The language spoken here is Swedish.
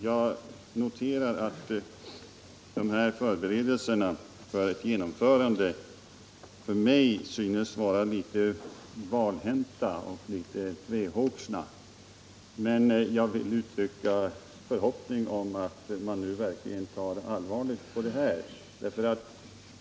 Jag noterar att de här förberedelserna för ett genomförande synes mig vara litet valhänta och litet tvehågsna, men jag vill uttrycka förhoppningen att man nu verkligen tar allvarligt på detta.